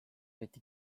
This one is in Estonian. eriti